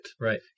Right